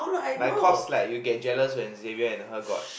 like cause like you get jealous when Xavier and her got